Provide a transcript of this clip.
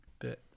bit